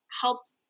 helps